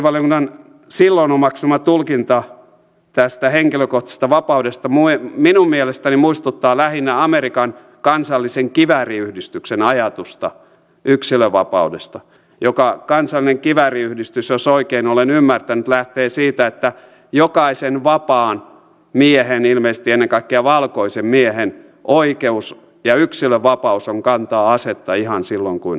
perustuslakivaliokunnan silloin omaksuma tulkinta tästä henkilökohtaisesta vapaudesta minun mielestäni muistuttaa lähinnä amerikan kansallisen kivääriyhdistyksen ajatusta yksilönvapaudesta joka kansallinen kivääriyhdistys jos oikein olen ymmärtänyt lähtee siitä että jokaisen vapaan miehen ilmeisesti ennen kaikkea valkoisen miehen oikeus ja yksilönvapaus on kantaa asetta ihan silloin kun haluaa